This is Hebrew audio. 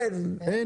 אין.